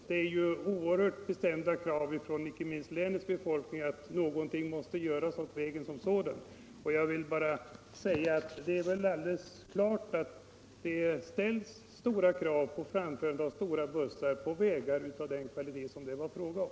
Det reses oerhört bestämda krav från icke minst länets befolkning på att någonting skall göras åt den här vägen som sådan. Det är väl alldeles klart att det ställs höga krav på framförandet av stora bussar på vägar av den kvalitet som det här är fråga om.